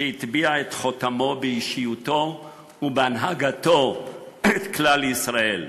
שהטביע את חותמו באישיותו ובהנהגתו על כלל ישראל.